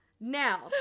Now